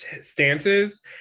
stances